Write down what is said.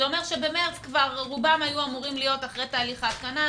זה אומר שבמרץ רובם כבר היו אמורים להיות אחרי תהליך ההתקנה,